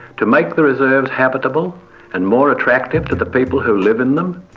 to make the reserves habitable and more attractive to the people who live in them.